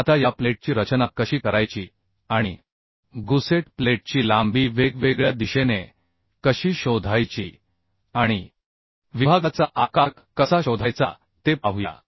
आता या प्लेटची रचना कशी करायची आणि गुसेट प्लेटची लांबी वेगवेगळ्या दिशेने कशी शोधायची आणि विभागाचा आकार कसा शोधायचा ते पाहूया